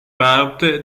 parte